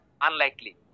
unlikely